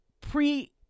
pre